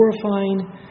glorifying